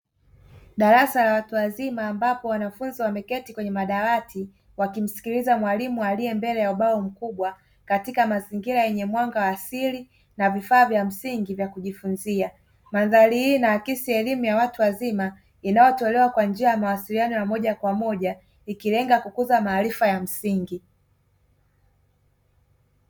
Darasa la watu wazima ambapo wanafunzi wameketi kwenye madawati wakimsikiliza mwalimu aliye mbele ya ubao mkubwa katika mazingira yenye mwanga wa asili na vifaa vya msingi vya kujifunzia. Mandhari hii inaakisi elimu ya watu wazima inayotolewa kwa njia ya mawasiliano ya moja kwa moja ikilenga kukuza maarifa ya msingi.